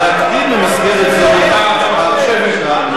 ישיבה כזאת לא יכולה להתנהל גם בשלטון החשוך שלכם.